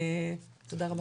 תודה רבה.